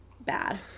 bad